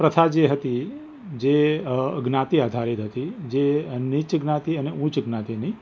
પ્રથા જે હતી જે જ્ઞાતિ આધારિત હતી જે નીચ જ્ઞાતિ અને ઉચ્ચ જ્ઞાતિની